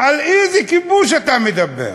על איזה כיבוש אתה מדבר?